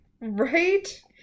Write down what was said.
Right